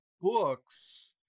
books